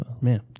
Man